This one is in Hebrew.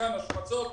בחלקן השמצות,